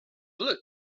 bullet